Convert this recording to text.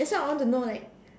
that why I want to know like